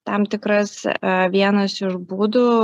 tam tikras vienas iš būdų